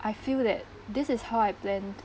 I feel that this is how I plan